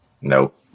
Nope